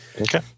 Okay